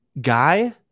guy